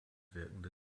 wirkende